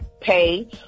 pay